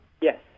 Yes